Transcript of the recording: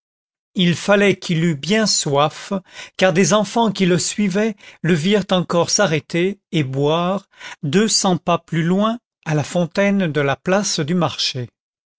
il fallait qu'il eût bien soif car des enfants qui le suivaient le virent encore s'arrêter et boire deux cents pas plus loin à la fontaine de la place du marché